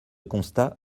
constat